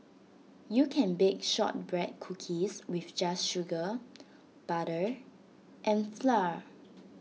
you can bake Shortbread Cookies with just sugar butter and flour